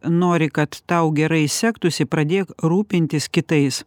nori kad tau gerai sektųsi pradėk rūpintis kitais